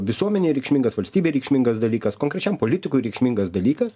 visuomenei reikšmingas valstybei reikšmingas dalykas konkrečiam politikui reikšmingas dalykas